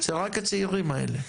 זה רק הצעירים האלה.